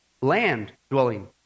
land-dwelling